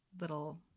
little